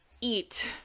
eat